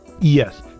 Yes